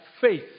faith